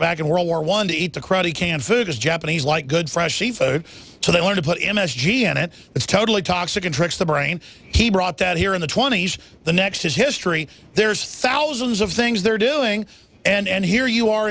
back in world war one to eat the credit canned food is japanese like good fresh seafood so they want to put m s g in it it's totally toxic and tricks the brain he brought that here in the twenty's the next is history there's thousands of things they're doing and here you are